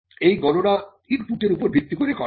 এই গণনা ইনপুটের উপর ভিত্তি করে করা হয়